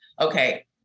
okay